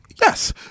Yes